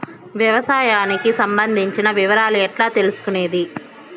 వ్యవసాయానికి సంబంధించిన వివరాలు ఎట్లా తెలుసుకొనేది?